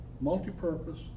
multi-purpose